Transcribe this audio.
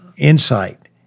insight